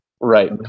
Right